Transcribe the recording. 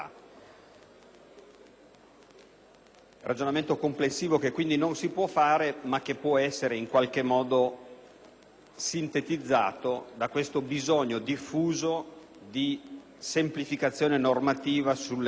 un ragionamento complessivo che non si può fare, ma che può essere in qualche modo sintetizzato dal bisogno diffuso di semplificazione normativa sulle tematiche ambientali,